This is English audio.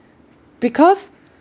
because